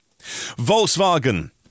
Volkswagen